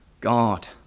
God